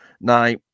Now